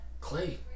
Clay